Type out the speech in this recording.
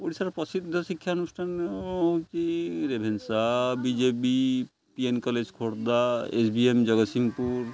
ଓଡ଼ିଶାର ପ୍ରସିଦ୍ଧ ଶିକ୍ଷାନୁଷ୍ଠାନ ହେଉଛି Ravenshaw B J B P N college Khordha S B M Jagatsinghpur